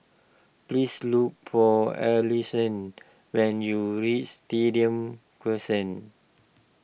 please look for Alison when you reach Stadium Crescent